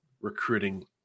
recruiting